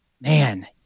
man